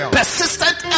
persistent